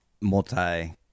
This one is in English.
multi